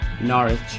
Norwich